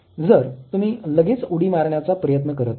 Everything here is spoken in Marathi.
जर तुम्ही लगेच उडी मारण्याचा प्रयत्न करत आहात